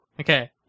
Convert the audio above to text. Okay